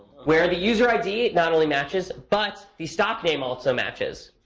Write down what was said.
where the user id not only matches, but the stock name also matches.